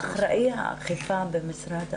אחראי האכיפה במשרד הבריאות,